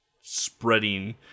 spreading